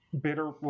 bitter